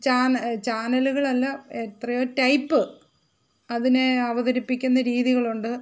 ചാനലുകളല്ല എത്രയോ ടൈപ്പ് അതിനെ അവതരിപ്പിക്കുന്ന രീതികളുണ്ട്